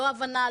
לא הבנה,